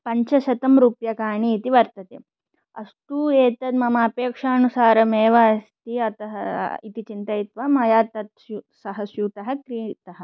पञ्चशतरूप्यकाणि इति वर्तते अस्तु एतत् मम अपेक्षानुसारम् एव अस्ति अतः इति चिन्तयित्वा मया तत् स्यू सः स्यूतः क्रीणितः